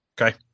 Okay